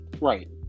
Right